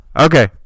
Okay